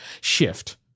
shift